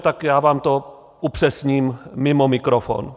Tak já vám to upřesním mimo mikrofon.